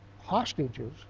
hostages